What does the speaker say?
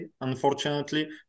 unfortunately